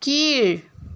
கீழ்